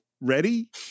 ready